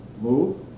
move